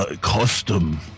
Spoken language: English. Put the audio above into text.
custom